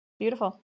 beautiful